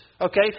okay